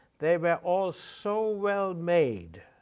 they were all so well made,